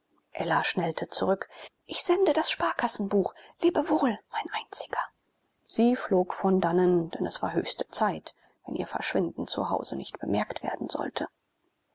ella schnellte zurück ich sende das sparkassenbuch lebewohl mein einziger sie flog von dannen denn es war höchste zeit wenn ihr verschwinden zu hause nicht bemerkt werden sollte